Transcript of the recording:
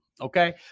Okay